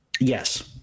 Yes